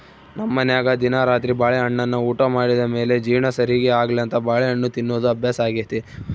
ನಮ್ಮನೆಗ ದಿನಾ ರಾತ್ರಿ ಬಾಳೆಹಣ್ಣನ್ನ ಊಟ ಮಾಡಿದ ಮೇಲೆ ಜೀರ್ಣ ಸರಿಗೆ ಆಗ್ಲೆಂತ ಬಾಳೆಹಣ್ಣು ತಿನ್ನೋದು ಅಭ್ಯಾಸಾಗೆತೆ